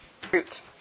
Fruit